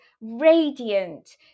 radiant